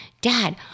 Dad